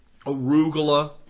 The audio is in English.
arugula